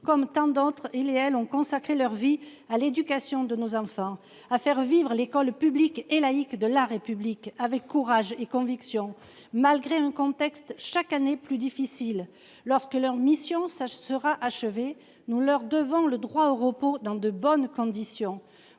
comme tant d'autres il et elle ont consacré leur vie à l'éducation de nos enfants à faire vivre à l'école publique et laïque de la République avec courage et conviction. Malgré un contexte chaque année plus difficile lorsque leur mission ça sera achevée. Nous leur devant le droit au repos dans de bonnes conditions,